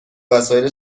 وسایل